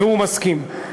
והוא מסכים,